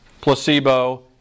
placebo